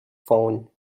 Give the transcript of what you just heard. phone